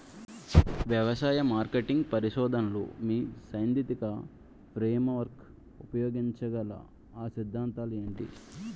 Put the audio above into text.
వ్యవసాయ మార్కెటింగ్ పరిశోధనలో మీ సైదాంతిక ఫ్రేమ్వర్క్ ఉపయోగించగల అ సిద్ధాంతాలు ఏంటి?